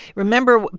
remember,